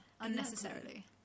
unnecessarily